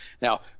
Now